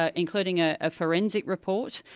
ah including ah a forensic report,